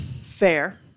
Fair